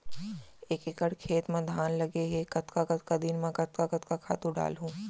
एक एकड़ खेत म धान लगे हे कतका कतका दिन म कतका कतका खातू डालहुँ?